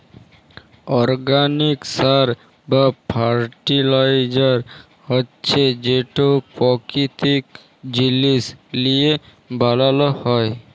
organic সার বা fertiliser হছে যেট পাকিতিক জিলিস লিঁয়ে বালাল হ্যয়